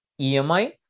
EMI